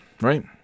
Right